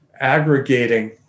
aggregating